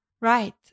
Right